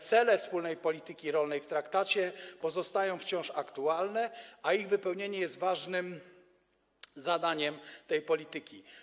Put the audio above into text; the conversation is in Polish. Cele wspólnej polityki rolnej zapisane w traktacie pozostają aktualne, a ich wypełnienie jest ważnym zadaniem tej polityki.